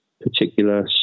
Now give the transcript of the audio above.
particular